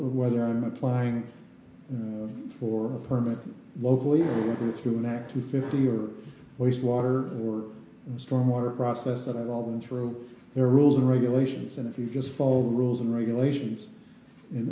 rule whether i'm applying for a permit locally or through an act to fifty or waste water or storm water process that i've all been through there are rules and regulations and if you just follow the rules and regulations you